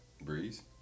Breeze